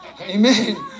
amen